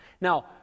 Now